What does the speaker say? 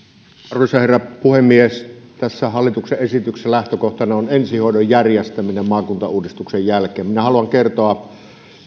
arvoisa herra puhemies tässä hallituksen esityksessä lähtökohtana on ensihoidon järjestäminen maakuntauudistuksen jälkeen minä haluan kertoa